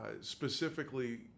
specifically